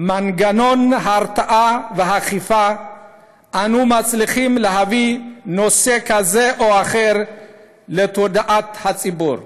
מנגנון הרתעה ואכיפה אנו מצליחים להביא נושא כזה או אחר לתודעת הציבור.